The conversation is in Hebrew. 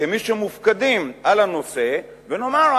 כמי שמופקדים על הנושא, ונאמר: